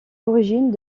origines